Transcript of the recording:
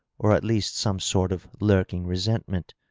or at least some sort of lurking resentment.